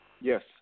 Yes